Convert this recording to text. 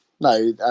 No